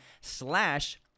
slash